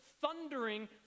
thundering